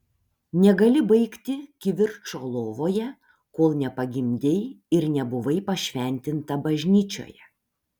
negali baigti kivirčo lovoje kol nepagimdei ir nebuvai pašventinta bažnyčioje